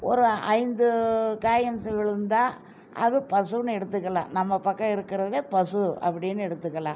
ஒரு ஐந்து காயின்ஸ் விழுந்தால் அது பசுன்னு எடுத்துக்கலாம் நம்ம பக்கம் இருக்கிறத பசு அப்படினு எடுத்துக்கலாம்